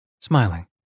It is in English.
smiling